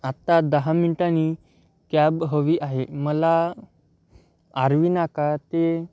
आत्ता दहा मिनिटानी कॅब हवी आहे मला आर्वी नाका ते